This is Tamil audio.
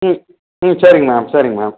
ம் ம் சரிங்க மேம் சரிங்க மேம்